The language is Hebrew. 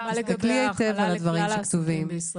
תסתכלי היטב על הדברים שכתובים.